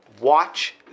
Watch